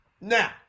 Now